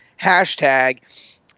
hashtag